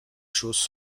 choses